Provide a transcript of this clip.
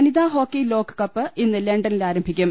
വനിതാ ഹോക്കി ലോകകപ്പ് ഇന്ന് ലണ്ടനിൽ ആരംഭിക്കും